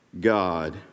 God